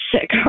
sick